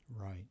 Right